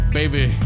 baby